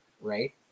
right